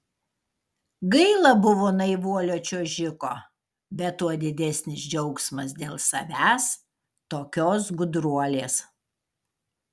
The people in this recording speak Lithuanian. gaila buvo naivuolio čiuožiko bet tuo didesnis džiaugsmas dėl savęs tokios gudruolės